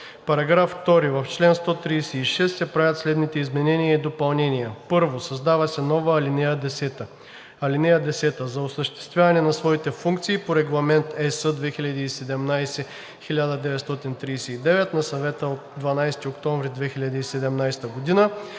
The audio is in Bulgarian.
§ 2: „§ 2. В чл. 136 се правят следните изменения и допълнения: 1. Създава се нова ал. 10: „(10) За осъществяване на своите функции по Регламент (ЕС) 2017/1939 на Съвета от 12 октомври 2017 г.